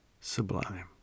sublime